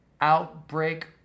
outbreak